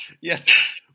yes